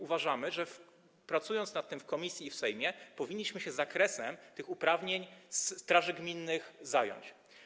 Uważamy więc, że pracując nad tym w komisji i w Sejmie powinniśmy się zakresem tych uprawnień straży gminnych zająć.